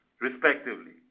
respectively